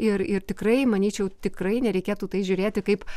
ir ir tikrai manyčiau tikrai nereikėtų į tai žiūrėti kaip